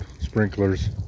sprinklers